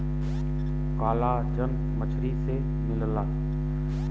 collagen मछरी से मिलला